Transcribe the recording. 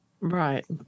Right